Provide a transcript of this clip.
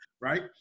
right